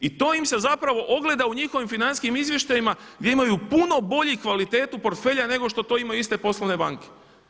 I to im se zapravo ogleda u njihovim financijskim izvještajima gdje imaju puno bolji kvalitetu portfelja nego što to imaju iste poslovne banke.